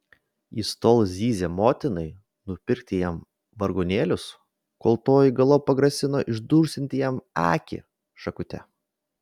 jis tol zyzė motinai nupirkti jam vargonėlius kol toji galop pagrasino išdursianti jam akį šakute